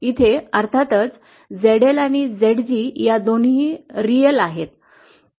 इथे अर्थातच ZL आणि ZG या दोन्हीची वास्तविक आहेत